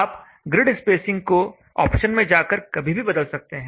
आप grid spacing को option में जाकर कभी भी बदल सकते हैं